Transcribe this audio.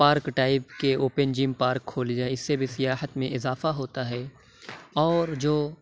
park type کے open gym park کھولے جائیں اِس سے بھی سیاحت میں اِضافہ ہوتا ہے اور جو